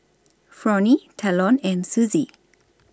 Fronnie Talon and Suzie